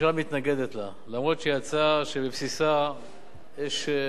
אף-על-פי שהיא הצעה שבבסיסה יש מאפיינים מאוד נכונים,